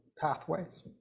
pathways